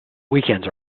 weekends